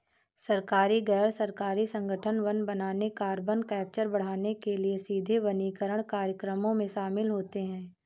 सरकारी, गैर सरकारी संगठन वन बनाने, कार्बन कैप्चर बढ़ाने के लिए सीधे वनीकरण कार्यक्रमों में शामिल होते हैं